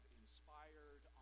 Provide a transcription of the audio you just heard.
inspired